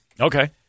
Okay